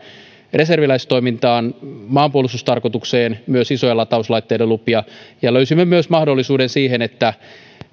reserviläistoimintaan maanpuolustustarkoitukseen myös isojen latauslaitteiden lupia ja löysimme myös mahdollisuuden siihen että